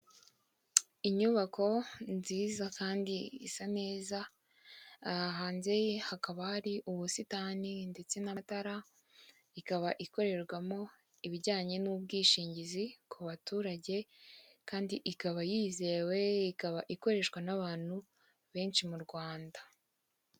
Inyubako nziza kandi isa neza, aha hanze hakaba hari ubusitani ndetse n'amatara ikaba ikorerwamo ibijyanye n'ubwishingizi ku baturage, kandi ikaba yizewe ikaba ikoreshwa n'abantu benshi mu Rwanda.